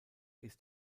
ist